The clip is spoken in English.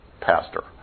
pastor